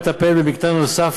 מטפל במקטע נוסף,